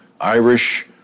Irish